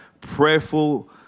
prayerful